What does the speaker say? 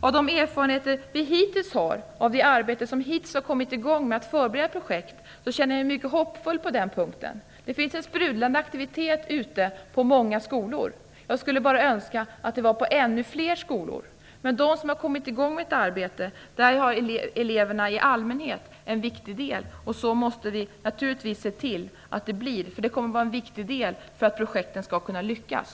De erfarenheter vi har av det arbete som hittills har kommit i gång när det gäller förberedande av projekt gör att jag känner mig mycket hoppfull på den punkten. Det finns en sprudlande aktivitet ute på många skolor. Jag skulle bara önska att det gällde ännu fler skolor. I de fall där man har kommit i gång med ett arbete, utgör eleverna i allmänhet en viktig del. Vi måste naturligtvis se till att det blir så. Det här kommer att vara en viktig del för att projekten skall kunna lyckas.